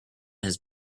his